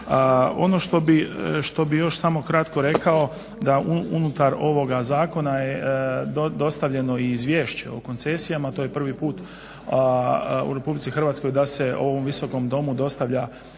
Ono što bih još samo kratko rekao, da unutar ovoga zakona je dostavljeno i izvješće o koncesijama, to je prvi put u Republici Hrvatskoj da se ovom Visokom domu dostavlja izvješće